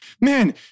man